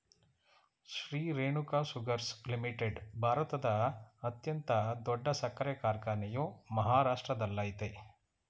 Shri Renuka sugars limited ಭಾರತದ ಅತ್ಯಂತ ದೊಡ್ಡ ಸಕ್ಕರೆ ಕಾರ್ಖಾನೆಯು ಮಹಾರಾಷ್ಟ್ರದಲ್ಲಯ್ತೆ